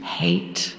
hate